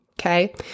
Okay